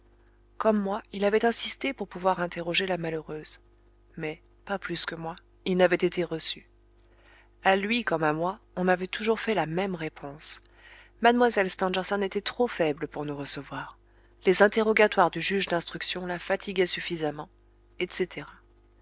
comme moi il avait insisté pour pouvoir interroger la malheureuse mais pas plus que moi il n'avait été reçu à lui comme à moi on avait toujours fait la même réponse mlle stangerson était trop faible pour nous recevoir les interrogatoires du juge d'instruction la fatiguaient suffisamment etc